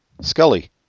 Scully